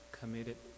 committed